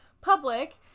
public